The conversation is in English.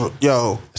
Yo